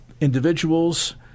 individuals